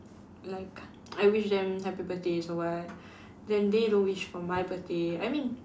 like I wish them happy birthdays or what then they don't wish for my birthday I mean